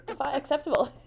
acceptable